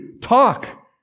talk